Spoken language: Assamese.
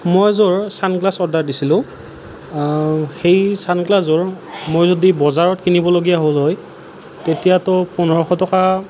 মই এযোৰ ছানগ্লাছ অৰ্ডাৰ দিছিলোঁ সেই ছানগ্লাছযোৰ মই যদি বজাৰত কিনিবলগীয়া হ'ল হয় তেতিয়াতো পোন্ধৰশ টকা